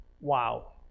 wow